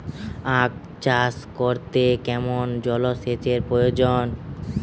আখ চাষ করতে কেমন জলসেচের প্রয়োজন?